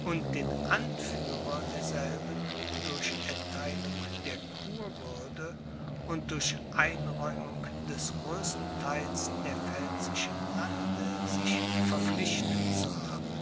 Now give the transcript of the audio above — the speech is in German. und den anführer derselben durch ertheilung der kurwürde und durch einräumung des größten theils der pfälzischen lande sich verpflichtet zu haben